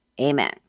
Amen